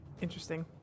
interesting